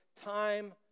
time